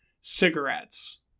cigarettes